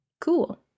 cool